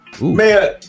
man